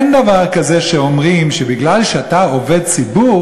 אין דבר כזה שאומרים שבגלל שאתה עובד ציבור